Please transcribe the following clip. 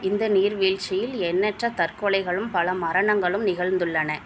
இந்த நீர்வீழ்ச்சியில் எண்ணற்ற தற்கொலைகளும் பல மரணங்களும் நிகழ்ந்துள்ளன